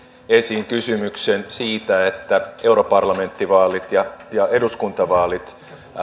esiin kysymyksen siitä että europarlamenttivaalit ja ja eduskuntavaalit